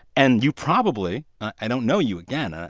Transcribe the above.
and you probably i don't know you, again, ah